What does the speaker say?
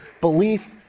belief